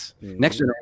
next